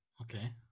Okay